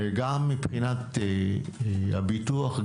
גם מבחינת הביטוח,